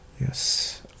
Yes